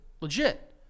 legit